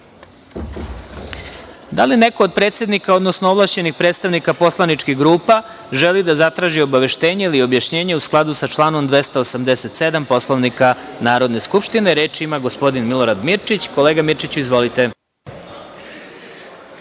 li neko od predsednika, odnosno ovlašćenih predstavnika poslaničkih grupa želi da zatraži obaveštenje ili objašnjenje u skladu sa članom 287. Poslovnika Narodne skupštine? Reč ima narodni poslanik Milorad Mirčić. Kolega Mirčiću, izvolite.